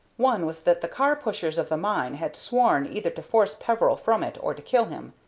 one was that the car-pushers of the mine had sworn either to force peveril from it or to kill him.